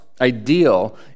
ideal